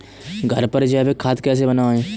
घर पर जैविक खाद कैसे बनाएँ?